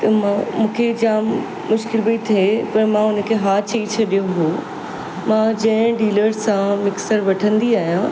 मां मूंखे जाम मुश्किल पई थिए पर मां हुन खे हा चई छॾियो हुओ मां जंहिं डीलर सां मिक्सर वठंदी आहियां